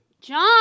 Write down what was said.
John